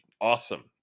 awesome